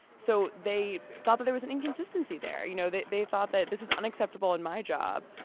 so they thought but there was an inconsistency there. you know that they thought that this is unacceptable in my job.